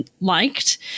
liked